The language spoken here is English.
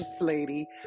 lady